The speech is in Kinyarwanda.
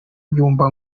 byumba